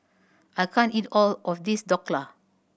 I can't eat all of this Dhokla